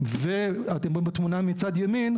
אתם רואים בתמונה מצד ימין,